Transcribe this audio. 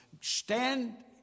stand